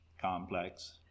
complex